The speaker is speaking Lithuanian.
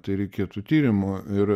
tai reikėtų tyrimo ir